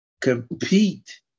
compete